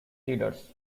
leaders